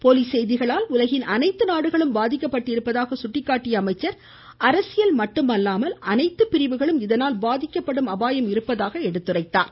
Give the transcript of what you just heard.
போலி செய்திகளால் உலகின் அனைத்து நாடுகளும் பாதிக்கப்பட்டிருப்பதாக சுட்டிக்காட்டிய அமைச்சர் அரசியல் மட்டும் அல்லாமல் அனைத்து பிரிவுகளும் இதனால் பாதிக்கப்படும் அபாயம் இருப்பதாக எடுத்துரைத்தார்